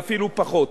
ואפילו פחות.